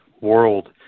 world